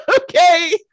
Okay